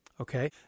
Okay